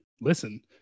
listen